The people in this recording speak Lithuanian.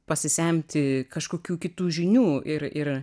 pasisemti kažkokių kitų žinių ir ir